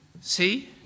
See